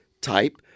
type